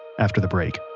after the break